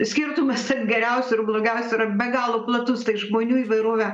skirtumas tarp geriausių ir blogiausių yra be galo platus tai žmonių įvairovę